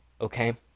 Okay